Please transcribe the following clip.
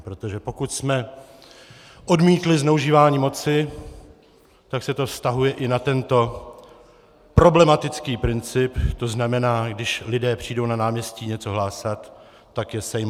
Protože pokud jsme odmítli zneužívání moci, tak se to vztahuje i na tento problematický princip, to znamená, když lidé přijdou na náměstí něco hlásat, tak je sejmu.